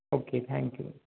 okay thank you